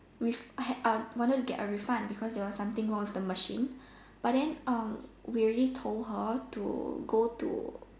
with I had uh wanted to get a refund because there was something wrong with the machine but then um we already told her to go to